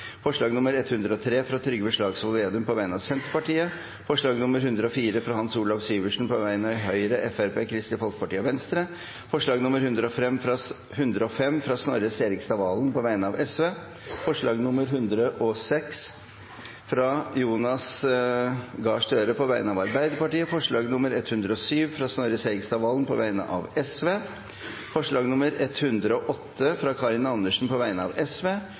forslag nr. 103, fra Trygve Slagsvold Vedum på vegne av Senterpartiet forslag nr. 104, fra Hans Olav Syversen på vegne av Høyre, Fremskrittspartiet, Kristelig Folkeparti og Venstre forslag nr. 105, fra Snorre Serigstad Valen på vegne av Sosialistisk Venstreparti forslag nr. 106, fra Jonas Gahr Støre på vegne av Arbeiderpartiet forslag nr. 107, fra Snorre Serigstad Valen på vegne av Sosialistisk Venstreparti forslag nr. 108, fra Karin Andersen på vegne av